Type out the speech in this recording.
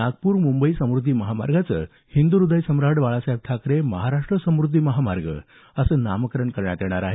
नागपूर मुंबई समृद्धी महामार्गाचं हिंदुहृदयसम्राट बाळासाहेब ठाकरे महाराष्ट्र समृद्धी महामार्ग असं नामकरण करण्यात येणार आहे